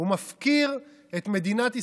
ומפקיר את מדינת ישראל,